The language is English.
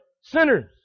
sinners